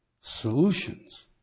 solutions